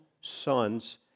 sons